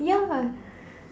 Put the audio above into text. ya